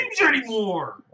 anymore